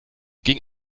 ging